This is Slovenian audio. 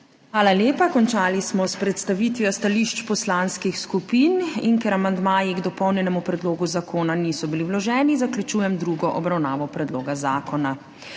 Hvala lepa. Končali smo s predstavitvijo stališč poslanskih skupin in ker amandmaji k dopolnjenemu predlogu zakona niso bili vloženi, zaključujem drugo obravnavo predloga zakona.